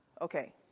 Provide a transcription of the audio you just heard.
okay